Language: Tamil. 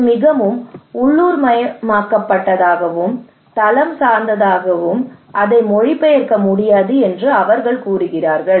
இது மிகவும் உள்ளூர்மயமாக்கப்பட்டதாகவும் தளம் சார்ந்ததாகவும் அதை மொழிபெயர்க்க முடியாது என்றும் அவர்கள் கூறுகிறார்கள்